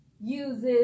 uses